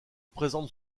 présente